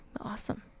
Awesome